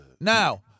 Now